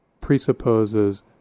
presupposes